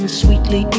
sweetly